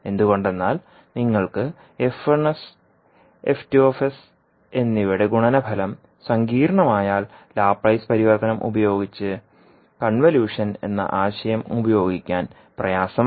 എന്തുകൊണ്ടെന്നാൽ നിങ്ങൾക്ക് എന്നിവയുടെ ഗുണനഫലം സങ്കീർണ്ണമായാൽ ലാപ്ലേസ് പരിവർത്തനം ഉപയോഗിച്ച് കൺവല്യൂഷൻ എന്ന ആശയം ഉപയോഗിക്കാൻ പ്രയാസമാണ്